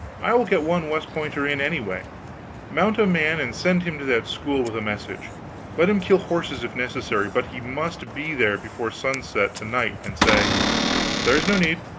i will get one west pointer in, anyway. mount a man and send him to that school with a message let him kill horses, if necessary, but he must be there before sunset to-night and say there is no need.